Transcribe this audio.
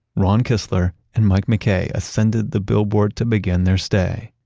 ron kistler, and mike mackay ascended the billboard to begin their stay.